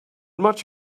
much